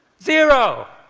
zero,